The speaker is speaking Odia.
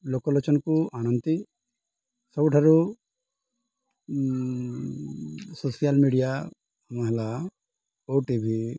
ଲୋକଲୋଚନକୁ ଆଣନ୍ତି ସବୁଠାରୁ ସୋସିଆଲ ମିଡ଼ିଆ ହେଲା ଓଟିଭି